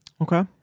Okay